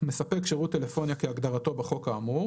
המספק שירות טלפוניה כהגדרתו בחוק האמור",